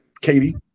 Katie